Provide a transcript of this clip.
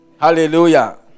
Hallelujah